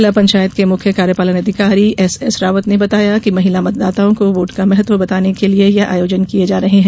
जिला पंचायत के मुख्य कार्यपालन अधिकारी एसएसरावत ने बताया कि महिला मतदाताओं को वोट का महत्व बताने के लिये यह आयोजन किया जा रहे है